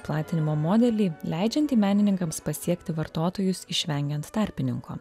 platinimo modelį leidžiantį menininkams pasiekti vartotojus išvengiant tarpininkų